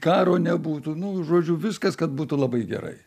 karo nebūtų nu žodžiu viskas kad būtų labai gerai